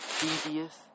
devious